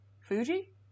Fuji